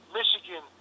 Michigan